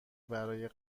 برای